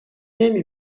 نمی